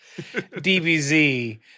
DBZ